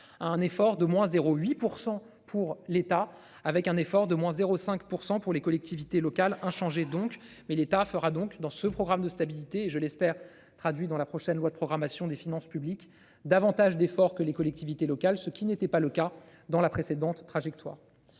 un effort de moins 0 8 % pour l'État, avec un effort de moins 0 5 % pour les collectivités locales inchangé donc mais l'État fera donc dans ce programme de stabilité et je l'espère, traduit dans la prochaine loi de programmation des finances publiques davantage d'effort que les collectivités locales, ce qui n'était pas le cas dans la précédente trajectoire.